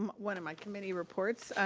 um one of my committee reports,